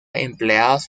empleados